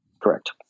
Correct